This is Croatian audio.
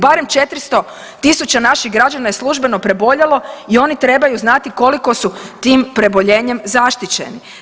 Barem 400.000 naših građana je službeno preboljelo i oni trebaju znati koliko su tim preboljenjem zaštićeni.